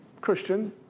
Christian